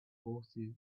forces